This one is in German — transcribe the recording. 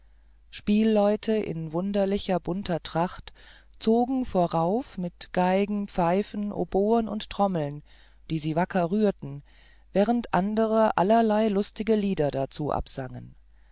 spielleute in wunderlicher bunter tracht zogen vorauf mit geigen pfeifen oboen und trommeln die sie wacker rührten während andere allerlei lustige lieder dazu absangen